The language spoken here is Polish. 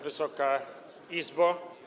Wysoka Izbo!